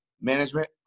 management